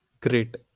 great